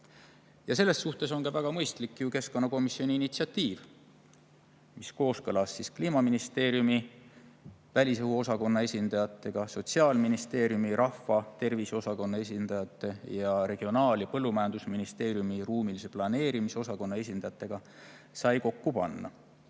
Selles suhtes on väga mõistlik ju keskkonnakomisjoni initsiatiiv, mis kooskõlas Kliimaministeeriumi välisõhu osakonna esindajate, Sotsiaalministeeriumi rahvatervise osakonna esindajate ning Regionaal- ja Põllumajandusministeeriumi ruumilise planeerimise osakonna esindajatega sai kokku pandud.